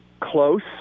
close